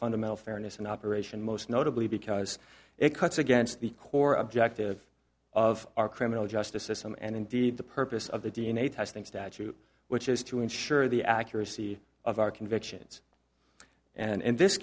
fundamental fairness in operation most notably because it cuts against the core objective of our criminal justice system and indeed the purpose of the d n a testing statute which is to ensure the accuracy of our convictions and this